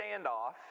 standoff